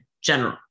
general